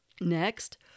Next